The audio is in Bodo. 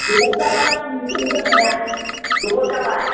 गोबाव जाबाय आं रिटायार जानाया गोबाव जाबाय